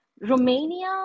Romania